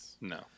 no